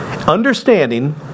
Understanding